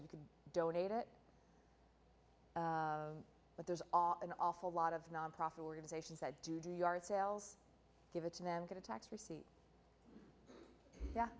you can donate it but there's an awful lot of nonprofit organizations that do do yard sales give it to them get a tax receipt